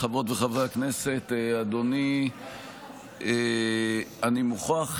חברות וחברי הכנסת, אני מוכרח